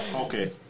Okay